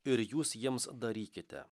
ir jūs jiems darykite